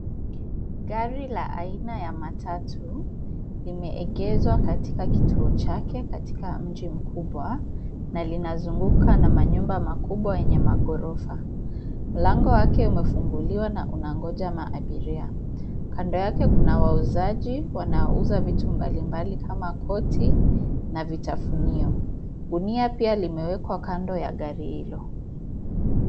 Gari la aina ya matatu, limeegezwa katika kituo chake katika mji mkubwa, na linazunguka na manyumba makubwa yenye maghorofa, mlango wake umefunguliwa na unangoja maabiria, kando yake kuna wauzaji wanaouza vitu mbali mbali kama koti, na vitafunio, gunia pia limewekwa kando ya gari hilo.